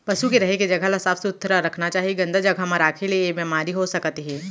पसु के रहें के जघा ल साफ सुथरा रखना चाही, गंदा जघा म राखे ले ऐ बेमारी हो सकत हे